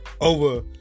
over